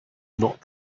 not